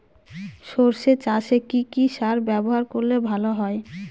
সর্ষে চাসে কি কি সার ব্যবহার করলে ভালো হয়?